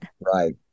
Right